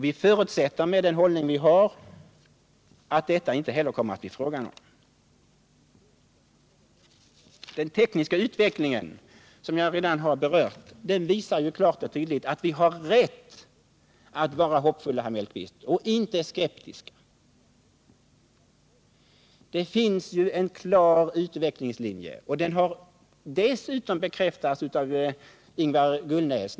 Vi förutsätter att så inte heller kommer att bli fallet. Den tekniska utvecklingen, som jag redan har berört, visar klart och tydligt att vi har rätt att vara hoppfulla, herr Mellqvist, inte skeptiska. Det finns en klar utvecklingslinje. Det har bekräftats av Ingvar Gullnäs.